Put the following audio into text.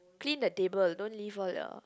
clean the table don't leave all your